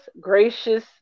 gracious